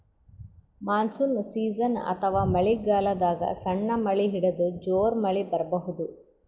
monsoon season ಅಥವಾ ಮಳಿಗಾಲದಾಗ್ ಸಣ್ಣ್ ಮಳಿ ಹಿಡದು ಜೋರ್ ಮಳಿ ಬರಬಹುದ್